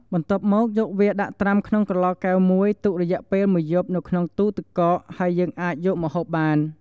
បន្ទាប់មកយកវាដាក់ត្រាំក្នុងក្រឡកែវមួយ ទុករយៈពេលមួយយប់នៅក្នុងទូរទឹកកក ហើយយើងអាចយកមកហូបបាន។